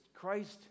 Christ